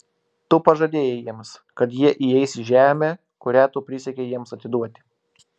tu pažadėjai jiems kad jie įeis į žemę kurią tu prisiekei jiems atiduoti